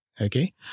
Okay